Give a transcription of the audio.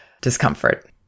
discomfort